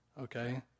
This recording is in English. Okay